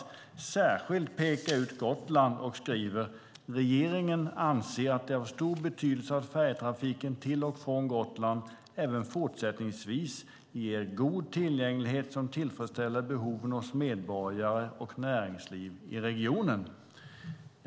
Man pekade särskilt ut Gotland och skrev: "Regeringen anser att det är av stor betydelse att färjetrafiken till och från Gotland även fortsättningsvis ger god tillgänglighet som tillfredsställer behoven hos medborgare och näringsliv i regionen."